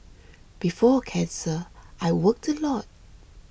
before cancer I worked a lot